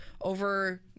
over